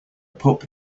pup